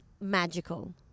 magical